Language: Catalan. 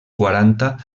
quaranta